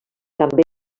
també